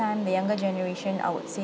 the younger generation I would say